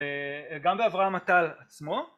וגם באברהם הטל עצמו